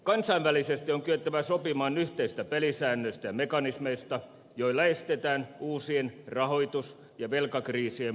kansainvälisesti on kyettävä sopimaan yhteisistä pelisäännöistä ja mekanismeista joilla estetään uusien rahoitus ja velkakriisien puhkeaminen